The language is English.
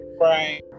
Right